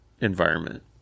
environment